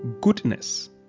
goodness